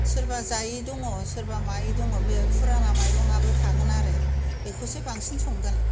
सोरबा जायि दङ सोरबा मायि दङ बे फुराना माइरङाबो थागोन आरो बेखौसो बांसिन संगोन